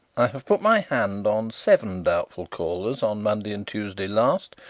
i have put my hand on seven doubtful callers on monday and tuesday last.